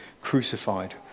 crucified